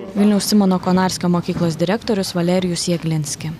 vilniaus simono konarskio mokyklos direktorius valerijus jaglinski